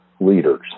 leaders